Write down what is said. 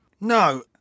No